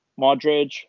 Modric